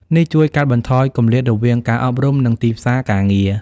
នេះជួយកាត់បន្ថយគម្លាតរវាងការអប់រំ និងទីផ្សារការងារ។